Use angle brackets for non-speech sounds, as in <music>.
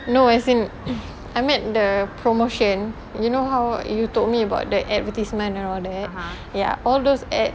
no as in <noise> I meant the promotion you know how you told me about that advertisement and all that ya all those ads